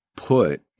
Put